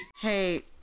Hey